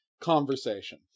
conversation